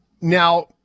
Now